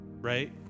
Right